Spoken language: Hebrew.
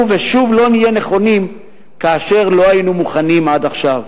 שוב ולא נהיה נכונים/ כאשר לא היינו מוכנים עד עכשיו".